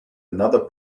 another